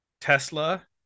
Tesla